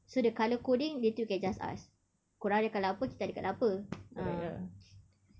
so the colour coding later we can just ask kau orang ada colour apa kita ada colour apa ah